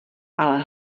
ale